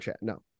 no